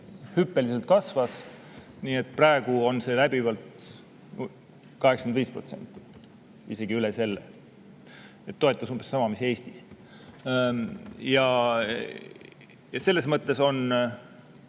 hüppeliselt kasvas, praegu on see läbivalt 85%, isegi üle selle. Nii et toetus on umbes sama, mis Eestis. Selles mõttes on